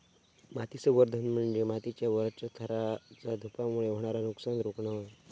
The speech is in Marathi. माती संवर्धन म्हणजे मातीच्या वरच्या थराचा धूपामुळे होणारा नुकसान रोखणा होय